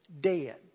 dead